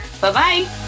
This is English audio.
Bye-bye